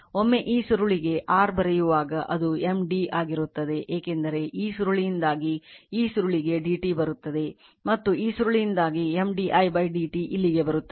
ಒಮ್ಮೆ ಈ ಸುರುಳಿಗೆ r ಬರೆಯುವಾಗ ಅದು M d ಆಗಿರುತ್ತದೆ ಏಕೆಂದರೆ ಈ ಸುರುಳಿಯಿಂದಾಗಿ ಈ ಸುರುಳಿಗೆ dt ಬರುತ್ತದೆ ಮತ್ತು ಈ ಸುರುಳಿಯಿಂದಾಗಿ M d i dt ಇಲ್ಲಿಗೆ ಬರುತ್ತದೆ